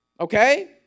Okay